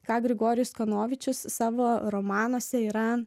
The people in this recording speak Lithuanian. ką grigorijus kanovičius savo romanuose yra